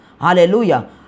Hallelujah